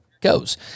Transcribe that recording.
goes